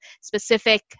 specific